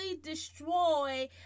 destroy